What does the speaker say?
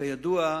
כידוע,